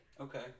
Okay